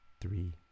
three